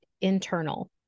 internal